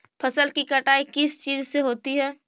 फसल की कटाई किस चीज से होती है?